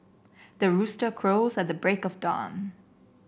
the rooster crows at the break of dawn